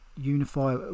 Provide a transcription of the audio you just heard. unify